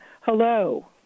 hello